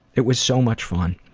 it was so much fun.